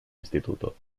instituto